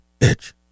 bitch